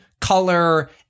color